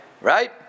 right